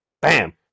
Bam